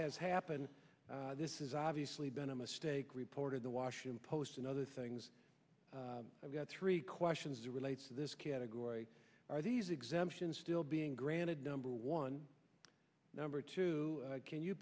has happened this is obviously been a mistake reported the washington post and other things i've got three questions relates to this category are these exemptions still being granted number one number two can you